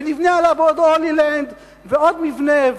ונבנה עליו עוד הולילנד ועוד מבנה,